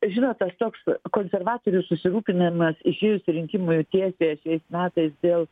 žinot tas toks konservatorių susirūpinamas išėjus į rinkimųjų tiesiąją šiais metais dėl